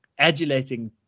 adulating